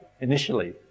initially